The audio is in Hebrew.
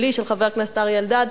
שלי ושל חבר הכנסת אריה אלדד,